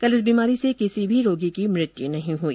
कल इस बीमारी से किसी भी रोगी की मृत्यु नहीं हई